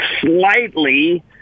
slightly